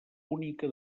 única